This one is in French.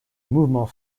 mouvement